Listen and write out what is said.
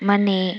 ಮನೆ